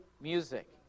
music